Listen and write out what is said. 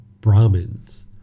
Brahmins